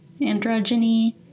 androgyny